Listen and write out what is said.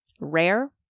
Rare